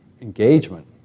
engagement